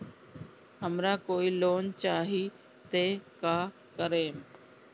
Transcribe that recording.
हमरा कोई लोन चाही त का करेम?